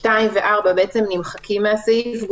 (2) ו-(4) נמחקות מן הסעיף.